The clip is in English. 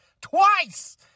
Twice